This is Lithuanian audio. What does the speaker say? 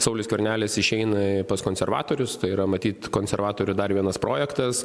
saulius skvernelis išeina pas konservatorius tai yra matyt konservatorių dar vienas projektas